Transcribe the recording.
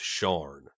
sharn